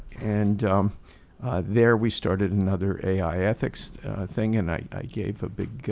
and there we started another a i. ethics thing. and i gave a big